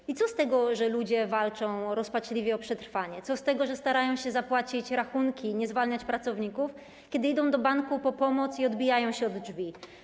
I co z tego, że ludzie walczą rozpaczliwie o przetrwanie, co z tego, że starają się zapłacić rachunki i nie zwalniać pracowników, kiedy idą do banku po pomoc i odbijają się od drzwi?